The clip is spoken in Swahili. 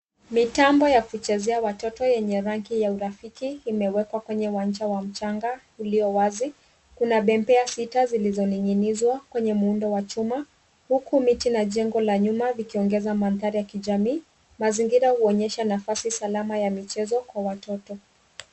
Mitambo ya kuchezea watoto yenye rangi ya urafiki imewekwa kwenye uwanja wa mchanga ulio wazi. Kuna bembea sita zilizoning'inizwa kwenye muundo wa chuma, huku miti na jengo la nyuma likiongeza mandhari ya kijamii. Mazingira huonyesha nafasi salama ya michezo kwa watoto.